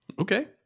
Okay